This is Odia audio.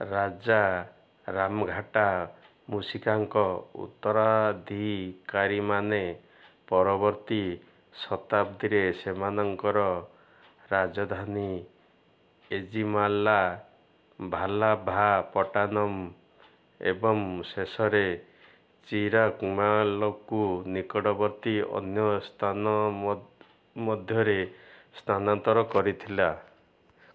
ରାଜା ରାମଘାଟା ମୁଶିକାଙ୍କ ଉତ୍ତରାଧିକାରୀମାନେ ପରବର୍ତ୍ତୀ ଶତାବ୍ଦୀରେ ସେମାନଙ୍କର ରାଜଧାନୀ ଏଜିମାଲା ଭାଲାଭାପଟ୍ଟାନମ୍ ଏବଂ ଶେଷରେ ଚିରାକ୍କାଲକୁ ନିକଟବର୍ତ୍ତୀ ଅନ୍ୟ ସ୍ଥାନ ମଧ୍ୟରେ ସ୍ଥାନାନ୍ତର କରିଥିଲେ